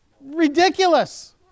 Ridiculous